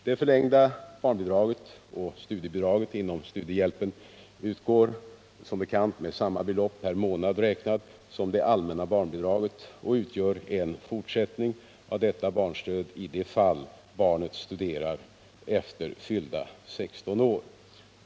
Det förlängda barnbidraget och studiebidraget inom studiehjälpen utgår som bekant med samma belopp per månad som det allmänna barnbidraget och utgör en fortsättning av detta barnstöd i det fall barnet studerar efter fyllda 16 år.